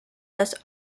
thus